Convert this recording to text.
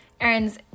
Aaron's